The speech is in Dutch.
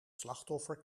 slachtoffer